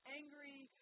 angry